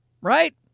right